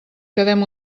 quedem